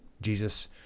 Jesus